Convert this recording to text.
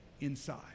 inside